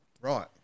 Right